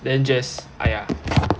then just !aiya!